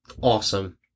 awesome